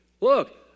Look